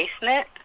basement